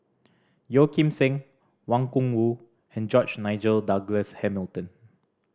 Yeo Kim Seng Wang Gungwu and George Nigel Douglas Hamilton